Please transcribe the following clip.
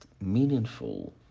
meaningful